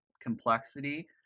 complexity